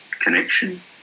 connection